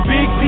Big